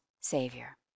Savior